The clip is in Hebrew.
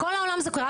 בכל העולם זה קורה,